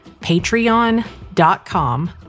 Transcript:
Patreon.com